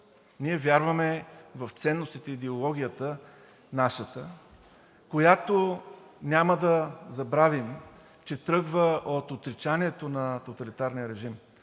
Ние вярваме в ценностите и в нашата идеология, която няма да забравим, че тръгва от отрицанието на тоталитарния режим.